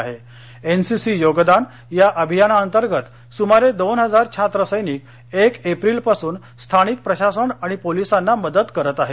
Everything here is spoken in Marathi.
एनसीसी योगदान या अभियाना अंतर्गत सुमारे दोन हजार छात्र सैनिक एक एप्रिल पासून स्थानिक प्रशासन आणि पोलिसांना मदत करत आहेत